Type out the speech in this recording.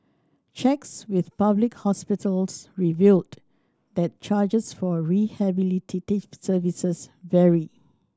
checks with public hospitals revealed that charges for a rehabilitative services vary